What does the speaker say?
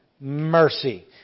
mercy